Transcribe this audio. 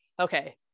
okay